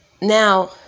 now